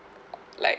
like